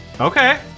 Okay